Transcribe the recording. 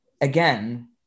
again